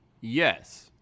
yes